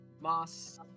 Moss